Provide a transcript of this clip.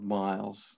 miles